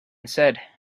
said